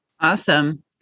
Awesome